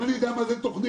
אני יודע מה זה תוכנית,